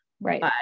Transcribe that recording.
Right